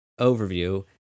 overview